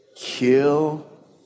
Kill